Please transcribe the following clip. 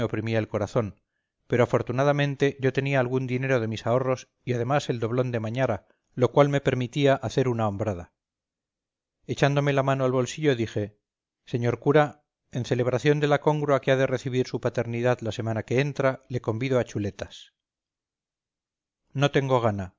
oprimía el corazón pero afortunadamente yo tenía algún dinero de mis ahorros y además el doblón de mañara lo cual me permitía hacer una hombrada echándome la mano al bolsillo dije señor cura en celebración de la congrua que ha de recibir su paternidad la semana que entra le convido a chuletas no tengo gana